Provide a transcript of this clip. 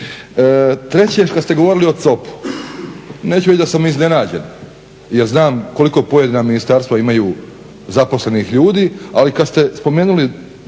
Treće, kad ste govorili o COP-u, neću reći da sam iznenađen jer znam koliko pojedina ministarstva imaju zaposlenih ljudi, ali kad ste spomenuli